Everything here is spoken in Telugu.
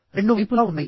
రెండు వైపులా ఉన్నాయి